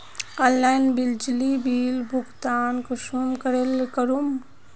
Online बिजली bill भुगतान कुंसम करे करूम?